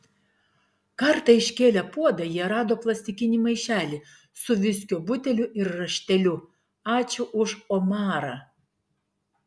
kartą iškėlę puodą jie rado plastikinį maišelį su viskio buteliu ir rašteliu ačiū už omarą